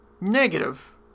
negative